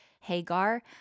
Hagar